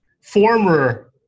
former